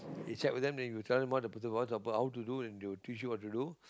you check with them then you tell them what the person want helped out how to do and they will teach you what to do